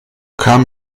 kam